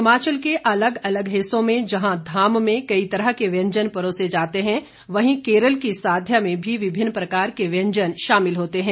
हिमाचल के अलग अलग हिस्सों में जहां धाम में कई तरह के व्यंजन परोसे जाते हैं वहीं केरल की साध्या में भी विभिन्न प्रकार के व्यंजन शामिल होते हैं